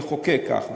מלחוקק כך.